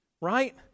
right